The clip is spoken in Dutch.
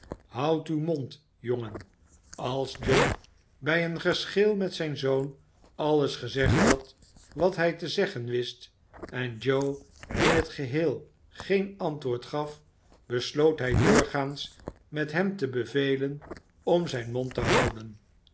houd uw mond jongen als john bij een geschil met zijn zoon alles gezegd had wat hij te zeggen wist en joe in het geheel geen antwoord gaf besloot hij doorgaans met hem te bevelen om zijri mond te houden